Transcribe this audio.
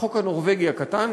"החוק הנורבגי הקטן",